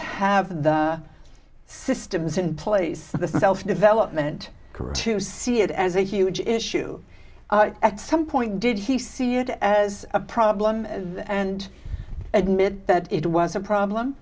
have the systems in place the self development career to see it as a huge issue at some point did he see it as a problem and admit that it was a problem